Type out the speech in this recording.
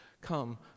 come